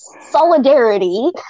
solidarity